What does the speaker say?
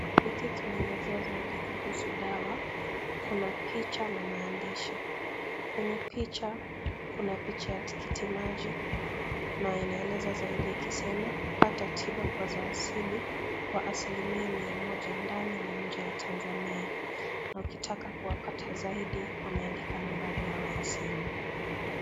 Hiki kinaelezea zaidi kuhusu dawa .Kuna picha na maandishi . Kwenye picha kuna picha ya tikiti maji na inaeleza zaidi ikisema pata tiba kwa za asili kwa asili mia mia moja ndani na nje ya Tanzania na ukitaka kuwapata zaidi wameandika nambari yao ya simu.